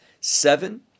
seven